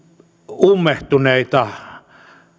ummehtuneita